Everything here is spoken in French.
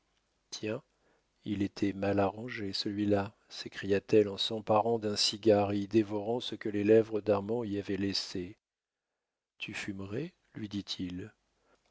tiens il était mal arrangé celui-là s'écria-t-elle en s'emparant d'un cigare et y dévorant ce que les lèvres d'armand y avaient laissé tu fumerais lui dit-il